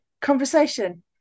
conversation